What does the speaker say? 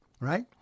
right